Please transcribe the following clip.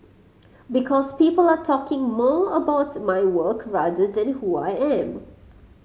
because people are talking more about my work rather than who I am